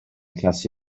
classi